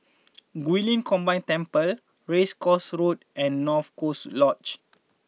Guilin Combined Temple Race Course Road and North Coast Lodge